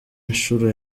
nshuro